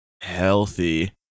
healthy